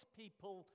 people